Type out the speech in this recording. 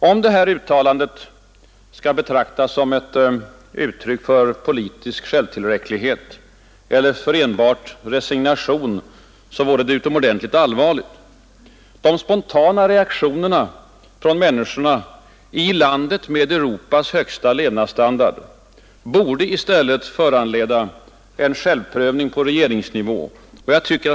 Om detta uttalande skall betraktas som ett uttryck för politisk självtillräcklighet eller för enbart resignation, vore det utomordentligt allvarligt. De spontana reaktionerna från människorna i landet med Europas högsta levnadsstandard borde i stället föranleda en självprövning på regeringsnivå.